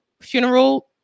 funeral